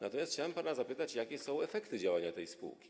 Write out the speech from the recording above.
Natomiast chciałem pana zapytać, jakie są efekty działania tej spółki.